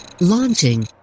Launching